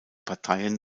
parteien